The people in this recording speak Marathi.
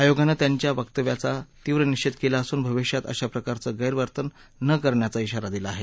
आयोगानं त्यांच्या वक्त्व्याचा तीव्र निषेध केला असून भविष्यात अशा प्रकारचं गैरवर्तन न करण्याचा ौरा दिला आहे